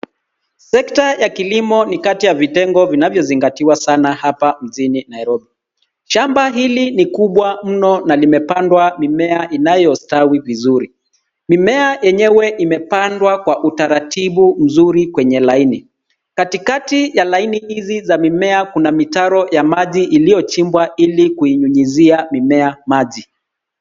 Sekta ya kilimo ni kati ya vitengo vinavyozingatiwa sana hapa mjini Nairobi. Shamba hili ni kubwa mno na limepandwa mimea inayostawi vizuri. Mimea yenyewe imepandwa kwa utaratibu mzuri kwenye laini. Katikati ya laini hizi za mimea kuna mitaro ya maji iliyochimbwa ili kuinyunyizia mimea maji.